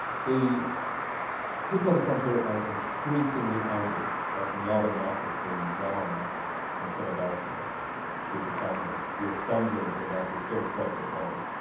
the people on the frontier are increasingly angry that not enough is being done in philadelphia to defend them. the assembly in philadelphia is still a quaker body.